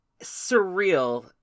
surreal